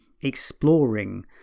exploring